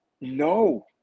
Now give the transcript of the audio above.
No